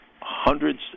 hundreds